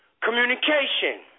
communication